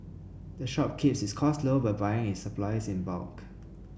the shop keeps its cost low by buying its supplies in bulk